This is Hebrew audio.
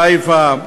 חיפה,